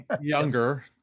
younger